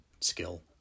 skill